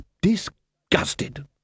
disgusted